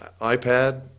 iPad